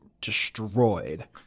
destroyed